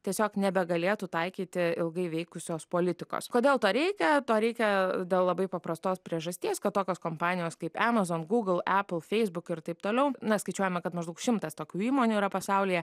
tiesiog nebegalėtų taikyti ilgai veikusios politikos kodėl to reikia to reikia dėl labai paprastos priežasties kad tokios kompanijos kaip amazon gūgl apl feisbuk ir taip toliau na skaičiuojama kad maždaug šimtas tokių įmonių yra pasaulyje